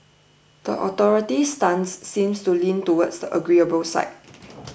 the authorities' stance seems to lean towards the agreeable side